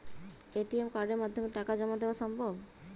ATM কার্ডের মাধ্যমে টাকা জমা দেওয়া সম্ভব?